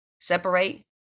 separate